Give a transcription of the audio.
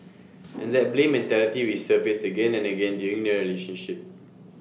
and that blame mentality resurfaced again and again during their relationship